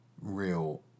real